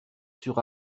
sur